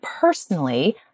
personally